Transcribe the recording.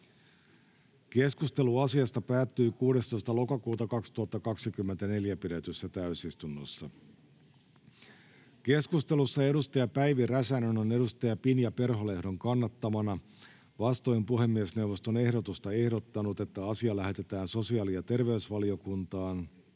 Keskustelu asiasta päättyi 16.10.2024 pidetyssä täysistunnossa. Keskustelussa edustaja Päivi Räsänen on edustaja Pinja Perholehdon kannattamana vastoin puhemiesneuvoston ehdotusta ehdottanut, että asia lähetetään sosiaali- ja terveysvaliokuntaan,